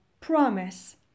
promise